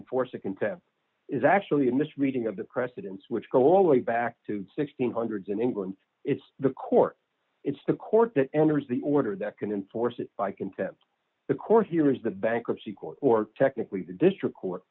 enforce a contempt is actually a misreading of the precedents which go all the way back to sixteen hundreds in england it's the court it's the court that enters the order that can enforce it by contempt the court here is the bankruptcy court or technically the district court